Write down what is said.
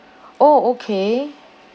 orh okay